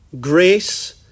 grace